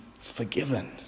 forgiven